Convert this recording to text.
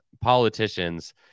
politicians